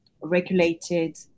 regulated